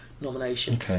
nomination